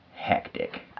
hectic